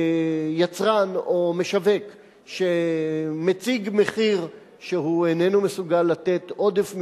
יצרן או משווק שמציג מחיר שהוא איננו מסוגל לתת עודף ממנו,